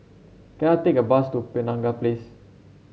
can I take a bus to Penaga Place